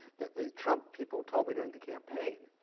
the trump people told me during the campaign,